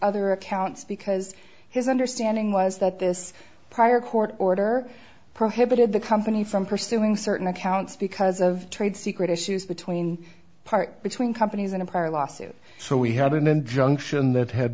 other accounts because his understanding was that this prior court order prohibited the company from pursuing certain accounts because of trade secret issues between part between companies in a prior lawsuit so we had an injunction that had